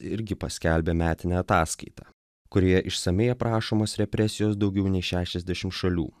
irgi paskelbė metinę ataskaitą kurioje išsamiai aprašomos represijos daugiau nei šešiasdešim šalių